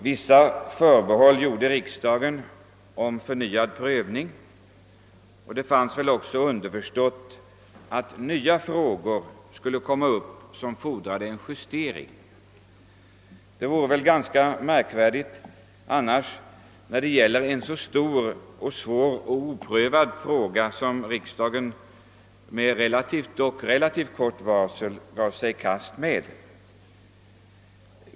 Riksdagen gjorde vissa förbehåll om förnyad prövning, och det var väl också underförstått att nya frågor skulle komma upp som fordrade en justering; det vore väl ganska märkvärdigt annars när det gäller en så stor, svår och oprövad fråga, som riksdagen med relativt kort varsel gav sig i kast med.